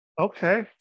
Okay